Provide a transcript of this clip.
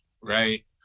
right